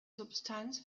substanz